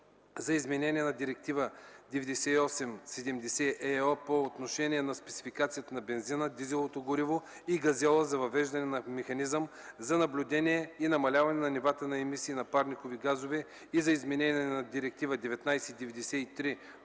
за изменение на Директива 98/70/ЕО по отношение на спецификацията на бензина, дизеловото гориво и газьола и за въвеждане на механизъм за наблюдение и намаляване на нивата на емисиите на парникови газове и за изменение на Директива